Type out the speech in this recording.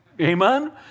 Amen